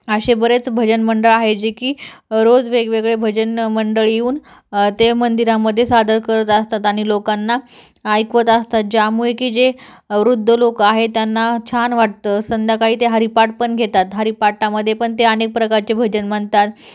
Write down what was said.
असे बरेच भजन मंडळ आहे जे की रोज वेगवेगळे भजन मंडळ येऊन ते मंदिरामध्ये सादर करत असतात आणि लोकांना ऐकवत असतात ज्यामुळे की जे वृद्ध लोक आहेत त्यांना छान वाटतं संध्याकाळी ते हरिपाठ पण घेतात हरिपाठामध्ये पण ते अनेक प्रकारचे भजन म्हणतात